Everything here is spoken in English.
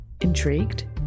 Intrigued